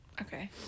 Okay